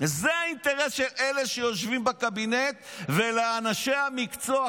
זה האינטרס של אלה שיושבים בקבינט ושל אנשי המקצוע,